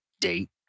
date